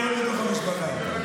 הכול בתוך המשפחה.